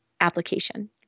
application